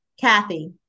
Kathy